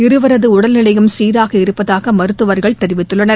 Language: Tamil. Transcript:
இருவரது உடல்நிலையும் சீராக இருப்பதாக மருத்துவர்கள் தெரிவித்துள்ளனர்